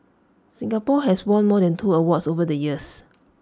Singapore has won more than two awards over the years